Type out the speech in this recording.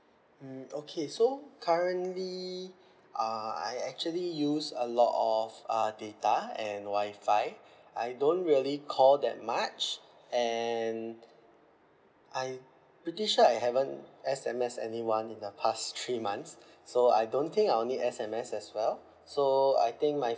mm okay so currently uh I actually use a lot of uh data and wi-fi I don't really call that much and I'm pretty sure I haven't S_M_S anyone in the past three months so I don't think I'll need S_M_S as well so I think my